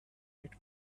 let